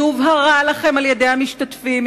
היא הובהרה לכם על-ידי המשתתפים,